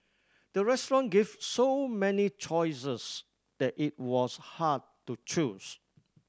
the restaurant gave so many choices that it was hard to choose